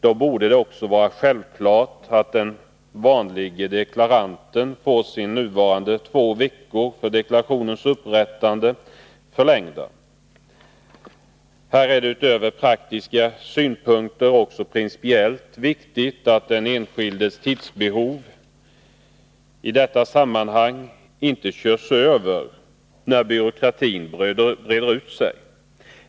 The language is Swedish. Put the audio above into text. Då borde det också vara självklart att den vanlige deklaranten får sin tid förlängd för deklarationens upprättande, som nu ofta bara är två veckor. Utöver de praktiska synpunkter som här kan anföras är det också principiellt viktigt att den enskildes tidsbehov i detta sammanhang inte körs över när byråkratin breder ut sig.